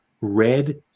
red